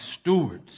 stewards